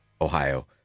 Ohio